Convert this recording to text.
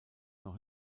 noch